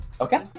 Okay